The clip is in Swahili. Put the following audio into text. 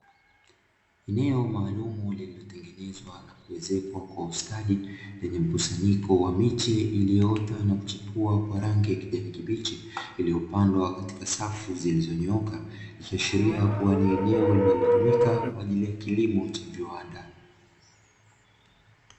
Eneo maalumu lililotengenezwa na kuezekwa kwa ustadi lenye mkusanyiko wa miche iliyoota na kuchipua kwa rangi ya kijani kibichi iliyopandwa katika safu za zilizonyooka, ikiashiria kuwa ni eneo linalotumika kwa ajili ya kilimo cha viwanda.